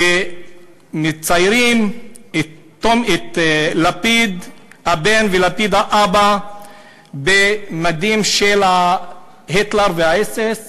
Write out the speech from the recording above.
שמציירים את לפיד הבן ולפיד האבא במדים של היטלר והאס.אס.